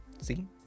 See